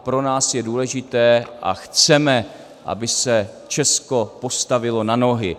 Pro nás je důležité a chceme, aby se Česko postavilo na nohy.